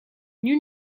nul